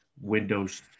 windows